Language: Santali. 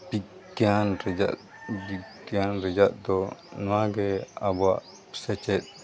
ᱵᱤᱜᱽᱜᱟᱱ ᱨᱮᱭᱟᱜ ᱵᱤᱜᱽᱜᱟᱱ ᱨᱮᱭᱟᱜ ᱫᱚ ᱱᱚᱣᱟᱜᱮ ᱟᱵᱚᱣᱟᱜ ᱥᱮᱪᱮᱫ